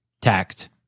tact